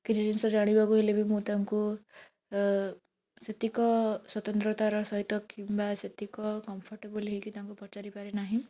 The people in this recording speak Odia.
କିଛି ଜିନିଷ ଜାଣିବାକୁ ହେଲେ ବି ମୁଁ ତାଙ୍କୁ ସେତିକ ସ୍ୱତନ୍ତ୍ରତାର ସହିତ କିମ୍ବା ସେତିକ କଂଫୋର୍ଟବଲ ହେଇକି ତାଙ୍କୁ ପଚାରି ପାରେ ନାହିଁ